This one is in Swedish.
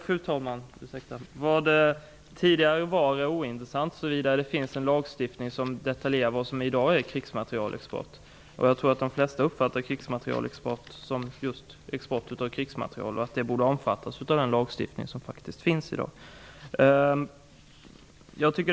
Fru talman! Det är ointressant hur det var tidigare. Det finns en lagstiftning som detaljerar vad som är krigsmaterielexport i dag. Jag tror att de flesta uppfattar krigsmaterielexport som just export av krigsmateriel och att det borde omfattas av den lagstiftning som faktiskt finns i dag.